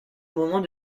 moment